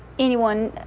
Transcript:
anyone,